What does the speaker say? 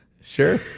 Sure